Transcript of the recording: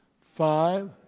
Five